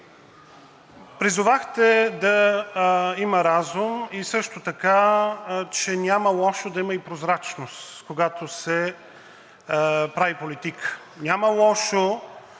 призовахте да има разум и също така, че няма лошо да има и прозрачност, когато се прави политика. Няма лошо,